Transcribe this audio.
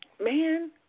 Man